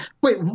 Wait